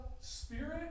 Spirit